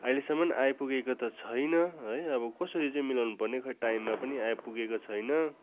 आहिलेसम्म आइपुगेको त छैन है अब कसरी चाहिँ मिलाउनु पर्ने खै टाइममा पनि आइपुगेको छैन